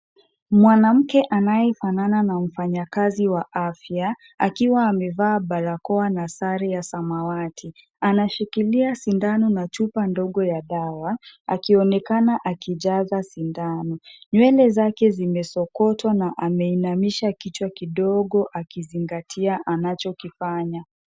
Mwanamke anayefanana na mfanyakazi wa afya akiwa amevaa barakoa na sare ya samawati. Anashikilia sindano na chupa ndogo ya dawa akionekana akijaza sindano. Nywele zake zimesokotwa na ameinamisha kichwa kidogo akizingatia anachokifanya.